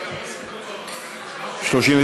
התשע"ז 2017, לא נתקבלה.